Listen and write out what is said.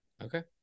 Okay